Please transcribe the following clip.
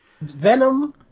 Venom